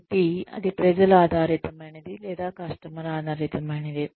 కాబట్టి అది ప్రజలు ఆధారితమైనది లేదా కస్టమర్ ఆధారితమైనది